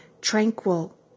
tranquil